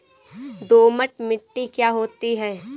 दोमट मिट्टी क्या होती हैं?